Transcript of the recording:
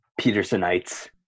Petersonites